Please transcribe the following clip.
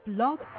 Blog